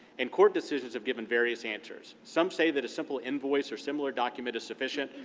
and court decisions have given various answers. some say that a simple invoice or similar document is sufficient,